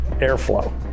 airflow